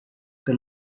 the